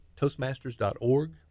toastmasters.org